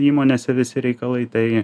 įmonėse visi reikalai tai